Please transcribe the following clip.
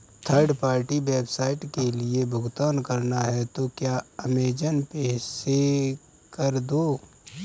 third party website के लिए भुगतान करना है तो क्या अमेज़न पे से कर दो